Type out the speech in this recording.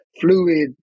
fluid